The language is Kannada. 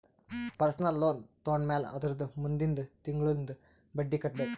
ಪರ್ಸನಲ್ ಲೋನ್ ತೊಂಡಮ್ಯಾಲ್ ಅದುರ್ದ ಮುಂದಿಂದ್ ತಿಂಗುಳ್ಲಿಂದ್ ಬಡ್ಡಿ ಕಟ್ಬೇಕ್